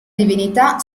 divinità